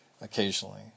occasionally